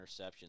interceptions